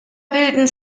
bilden